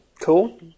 Cool